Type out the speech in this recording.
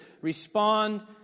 respond